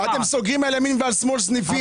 סגרתם, אתם סוגרים על ימין ועל שמאל סניפים.